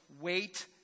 Wait